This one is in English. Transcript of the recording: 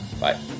Bye